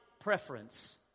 preference